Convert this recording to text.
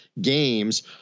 games